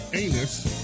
anus